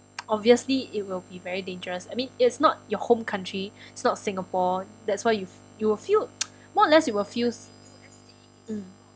obviously it will be very dangerous I mean it's not your home country is not singapore that's why you you will feel more or less you will feel mm